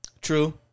True